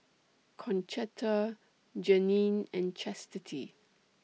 Concetta Janene and Chastity